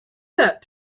that